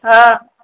ହଁ